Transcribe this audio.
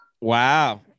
Wow